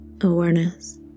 Awareness